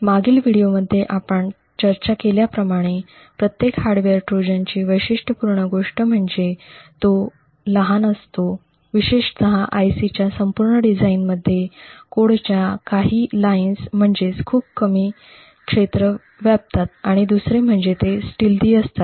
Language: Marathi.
मागील व्हिडिओमध्ये आपण चर्चा केल्याप्रमाणे प्रत्येक हार्डवेअर ट्रोजनची वैशिष्ट्यपूर्ण गोष्ट म्हणजे तो लहान असतो विशेषत IC च्या संपूर्ण डिझाइनमध्ये कोडच्या काही ओळी म्हणजेच खूप कमी क्षेत्र व्यापतात आणि दुसरे म्हणजे ते स्टिल्टथि असतात